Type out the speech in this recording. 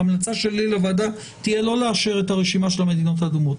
ההמלצה שלי לוועדה תהיה לא לאשר את הרשימה של המדינות האדומות.